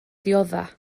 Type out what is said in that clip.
dioddef